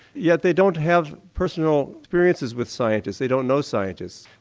yet they don't have personal experiences with scientists, they don't know scientists,